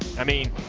i mean,